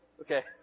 Okay